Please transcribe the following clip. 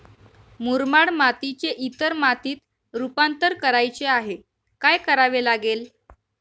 मुरमाड मातीचे इतर मातीत रुपांतर करायचे आहे, काय करावे लागेल?